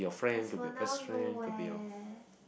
as for now no eh